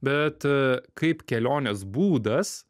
bet kaip kelionės būdas